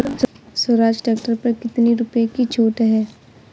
Swaraj tractor पर कितनी रुपये की छूट है?